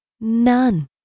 None